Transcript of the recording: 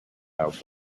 out